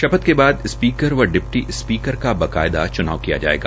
शपथ बाद स्पीकर व डिप्टी स्पीकर का बकायदा चुनाव किया जायेगा